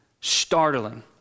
startling